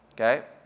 okay